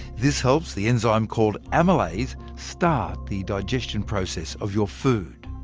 this helps the enzyme called amylase start the digestion process of your food.